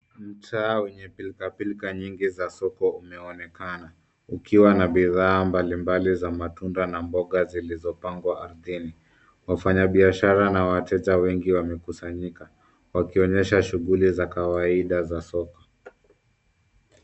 Mtaa wenye pilka pilka nyingi wa soko umeonekana ukiwa na bidhaa mbali mbali za matunda na mboga zilizopangwa ardhini. Wafanyibiashara na wateja wengi wamekusanyika wakionyesha shughuli za kawaida za soko.